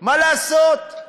מה לעשות.